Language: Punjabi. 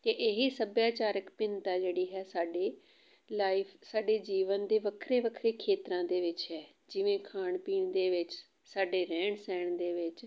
ਅਤੇ ਇਹੀ ਸੱਭਿਆਚਾਰਿਕ ਭਿੰਨਤਾਂ ਜਿਹੜੀ ਹੈ ਸਾਡੀ ਲਾਈਫ ਸਾਡੇ ਜੀਵਨ ਦੇ ਵੱਖਰੇ ਵੱਖਰੇ ਖੇਤਰਾਂ ਦੇ ਵਿੱਚ ਹੈ ਜਿਵੇਂ ਖਾਣ ਪੀਣ ਦੇ ਵਿੱਚ ਸਾਡੇ ਰਹਿਣ ਸਹਿਣ ਦੇ ਵਿੱਚ